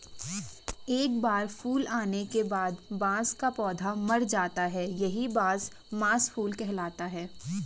एक बार फूल आने के बाद बांस का पौधा मर जाता है यही बांस मांस फूलना कहलाता है